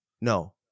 no